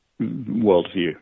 worldview